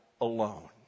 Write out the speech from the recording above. alone